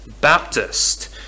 Baptist